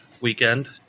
weekend